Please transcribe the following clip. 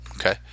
okay